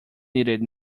needed